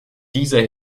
dieser